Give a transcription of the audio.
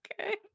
Okay